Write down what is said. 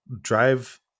drive